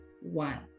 one